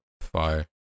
Fire